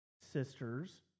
sisters